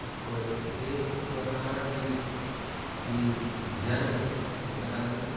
কি কয় সেই কুকুৰা হাঁহৰ যি যি বীজাণু সেইবিলাক আমি